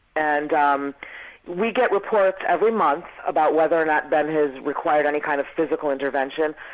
and um we get reports every month about whether or not ben has required any kind of physical intervention,